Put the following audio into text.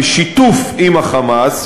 בשיתוף עם ה"חמאס",